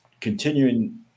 continuing